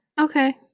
Okay